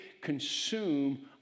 consume